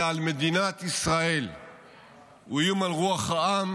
על רוח העם